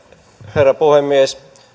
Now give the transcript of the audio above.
herra puhemies